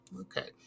Okay